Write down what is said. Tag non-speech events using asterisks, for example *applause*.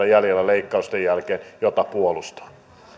*unintelligible* jäljellä leikkausten jälkeen hyvinvointivaltiota jota puolustaa